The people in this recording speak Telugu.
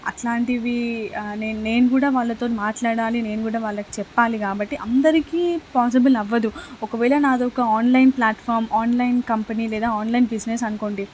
అట్లాంటివి నేను కూడా వాళ్ళతోని మాట్లాడాలి నేను కూడా వాళ్ళకి చెప్పాలి కాబట్టి అందరికీ పాసిబుల్ అవ్వదు ఒకవేళ నాదొక ఆన్లైన్ ప్లాట్ఫామ్ ఆన్లైన్ కంపెనీ లేదా ఆన్లైన్ బిజినెస్ అనుకోండి